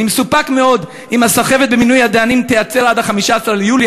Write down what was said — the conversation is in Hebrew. אני מסופק מאוד אם הסחבת במינוי הדיינים תיעצר עד 15 ביולי,